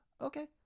okay